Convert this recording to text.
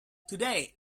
today